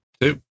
Two